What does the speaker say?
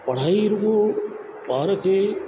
पढ़ाई रुगो ॿार खे